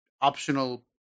optional